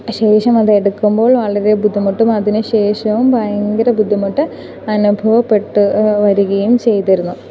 ശേഷം അതെടുക്കുമ്പോൾ വളരെ ബുദ്ധിമുട്ടും അതിനുശേഷവും ഭയങ്കര ബുദ്ധിമുട്ട് അനുഭവപ്പെട്ട് വരികയും ചെയ്തിരുന്നു